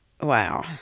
wow